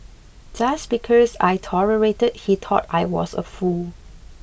just because I tolerated he thought I was a fool